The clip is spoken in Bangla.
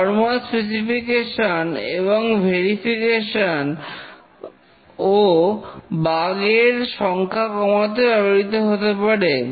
ফর্মাল স্পেসিফিকেশন এবং ভেরিফিকেশন ও বাগ এর সংখ্যা কমাতে ব্যবহৃত হতে পারে